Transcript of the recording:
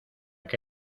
que